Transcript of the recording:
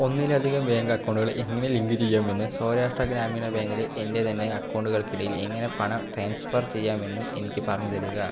ഒന്നിലധികം ബേങ്ക് അക്കൗണ്ടുകൾ എങ്ങനെ ലിങ്കുചെയ്യാമെന്ന് സൗരാഷ്ട്ര ഗ്രാമീണ ബാങ്കിലെ എൻ്റെ തന്നെ അക്കൗണ്ടുകൾക്കിടയിൽ എങ്ങനെ പണം ട്രാൻസ്ഫർ ചെയ്യാമെന്നും എനിക്ക് പറഞ്ഞുതരിക